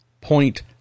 point